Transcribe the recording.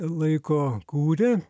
laiko kūrė